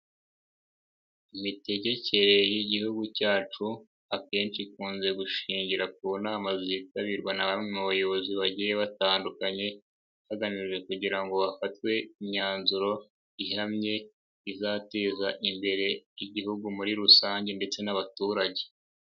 Imitegekere y'igihugu cyacu akenshi ikunze gushingira ku nama zitabirwa na bamwe mu bayobozi bagiye batandukanye, hagamijwe kugira ngo hafatwe imyanzuro ihamye izateza imbere igihugu muri rusange ndetse n'abaturage.